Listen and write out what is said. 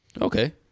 Okay